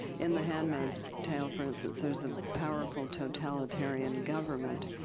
in the handmaid's tale, for instance, there's a powerful totalitarian government.